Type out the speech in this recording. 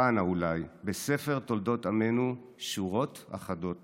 תופענה אולי בספר תולדות עמנו שורות אחדות